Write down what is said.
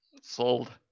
Sold